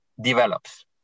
develops